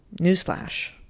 Newsflash